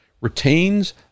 retains